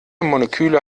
moleküle